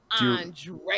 Andre